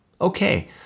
okay